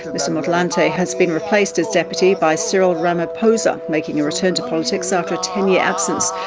mr motlanthe has been replaced as deputy by cyril ramaphosa, making a return to politics after a ten year absence.